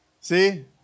See